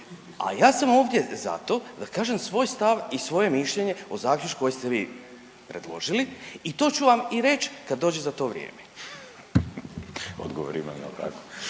A ja sam ovdje zato da kažem svoj stav i svoje mišljenje o zaključku koji ste vi predložili i to ću vam i reći kad dođe za to vrijeme. **Glavašević,